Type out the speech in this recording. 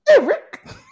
Eric